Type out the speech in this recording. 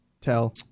tell